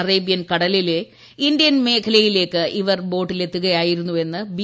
Arabian കടലിലെ Indian മേഖലയിലേക്ക് ഇവർ ബോട്ടിലെത്തുകയായിരുന്നുവെന്ന് ബി